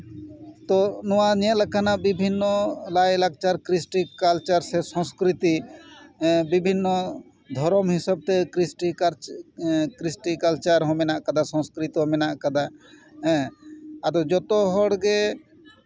ᱛᱚ ᱱᱚᱣᱟ ᱧᱮᱞ ᱠᱟᱱᱟ ᱵᱤᱵᱷᱤᱱᱱᱚ ᱞᱟᱭᱼᱞᱟᱠᱪᱟᱨ ᱠᱨᱤᱥᱴᱤ ᱠᱟᱞᱪᱟᱨ ᱥᱮ ᱥᱚᱥᱠᱨᱤᱛᱤ ᱵᱤᱵᱷᱤᱱᱱᱚ ᱫᱷᱚᱨᱚᱢ ᱦᱤᱥᱟᱹᱵᱽ ᱛᱮ ᱠᱨᱤᱥᱴᱤ ᱠᱨᱤᱥᱴᱤ ᱠᱟᱞᱪᱟᱨ ᱦᱚᱸ ᱢᱮᱱᱟᱜ ᱠᱟᱫᱟ ᱱᱤᱛᱚᱜ ᱢᱮᱱᱟᱜ ᱠᱟᱫᱟ ᱦᱮᱸ ᱟᱫᱚ ᱡᱚᱛᱚ ᱦᱚᱲ ᱜᱮ